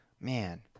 Man